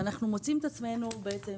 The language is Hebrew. אנחנו בעצם מוצאים את עצמנו עושים